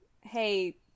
Hey